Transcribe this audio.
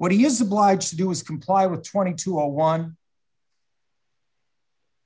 what he is obliged to do is comply with twenty two a one